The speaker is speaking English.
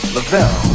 Lavelle